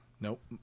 Nope